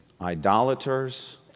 Idolaters